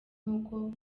nkuko